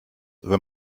wenn